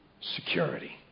Security